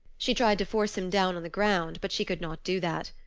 she tried to force him down on the ground, but she could not do that.